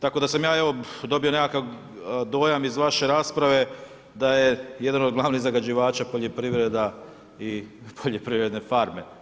Tako da sam ja evo, dobio, nekakav dojam iz vaše rasprave, da je jedan od glavnih zagađivača poljoprivreda i poljoprivredne farme.